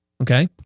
Okay